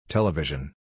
Television